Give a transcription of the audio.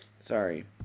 Sorry